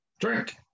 drink